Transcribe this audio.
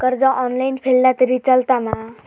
कर्ज ऑनलाइन फेडला तरी चलता मा?